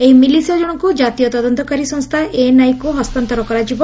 ଏହି ମିଲିସିଆ ଜଣଙ୍କୁ ଜାତୀୟ ତଦନ୍ତକାରୀ ସଂସ୍ଥା ଏନ୍ଆଇଏକୁ ହସ୍ତାନ୍ତର କରାଯିବ